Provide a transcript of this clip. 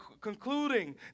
concluding